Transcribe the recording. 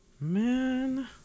Man